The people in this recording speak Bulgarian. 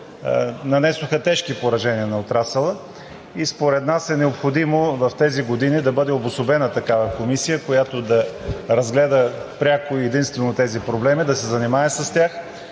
нанесоха тежки поражения на отрасъла. Според нас е необходимо в тези години да бъде обособена такава комисия, която да разгледа пряко и единствено проблемите, да се занимае с тях